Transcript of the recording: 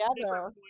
together